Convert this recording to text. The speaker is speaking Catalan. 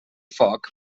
foc